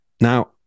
Now